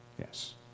Yes